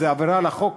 זאת עבירה על החוק